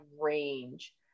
range